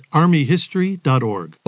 armyhistory.org